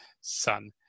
son